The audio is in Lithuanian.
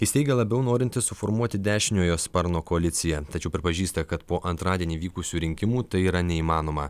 jis teigia labiau norintis suformuoti dešiniojo sparno koaliciją tačiau pripažįsta kad po antradienį vykusių rinkimų tai yra neįmanoma